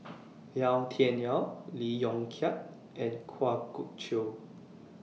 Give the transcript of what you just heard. Yau Tian Yau Lee Yong Kiat and Kwa Geok Choo